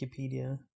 Wikipedia